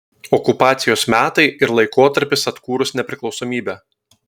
okupacijos metai ir laikotarpis atkūrus nepriklausomybę